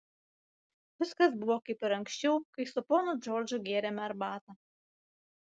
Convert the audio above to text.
viskas buvo kaip ir anksčiau kai su ponu džordžu gėrėme arbatą